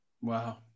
Wow